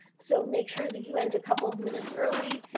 so make sure that you and a couple minutes early.